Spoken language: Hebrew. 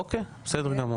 אוקי בסדר גמור.